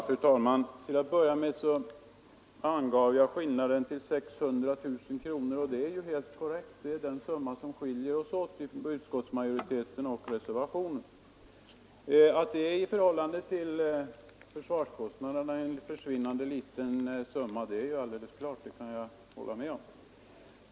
Fru talman! Till att börja med angav jag skillnaden till 600 000 kronor, och det är helt korrekt. Det är den summa som skiljer utskottsmajoriteten och reservanterna åt. Att det i förhållande till de totala försvarskostnaderna är en försvinnande liten summa kan jag hålla med om.